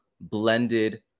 blended